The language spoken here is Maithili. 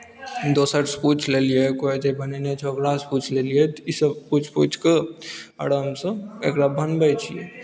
दोसरसँ पुछि लेलियै कोइ जे बनेने छै ओकरासँ पूछि लेलियै तऽ ईसभ पूछि पूछि कऽ आरामसँ एकरा बनबै छियै